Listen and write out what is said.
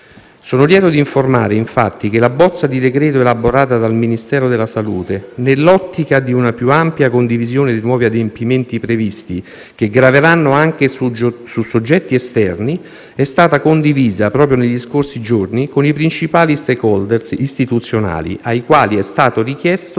Sono lieto di informare, infatti, che la bozza di decreto elaborata dal Ministero della salute, nell'ottica di una più ampia condivisione di nuovi adempimenti previsti che graveranno anche su soggetti esterni, è stata condivisa proprio negli scorsi giorni con i principali *stakeholder* istituzionali, ai quali è stato richiesto